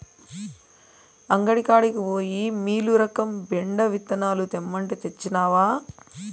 అంగడి కాడికి పోయి మీలురకం బెండ విత్తనాలు తెమ్మంటే, తెచ్చినవా